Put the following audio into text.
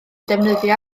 defnyddio